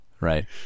right